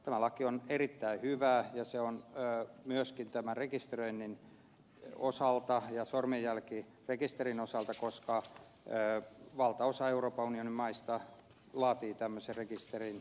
tämä laki on erittäin hyvä ja se on sitä myöskin tämän rekisteröinnin osalta ja sormenjälkirekisterin osalta koska valtaosa euroopan unionin maista laatii tämmöisen rekisterin